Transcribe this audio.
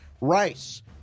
Rice